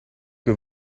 que